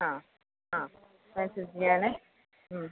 ആ ആ ചെയ്യാണ്